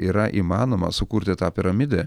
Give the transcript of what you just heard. yra įmanoma sukurti tą piramidę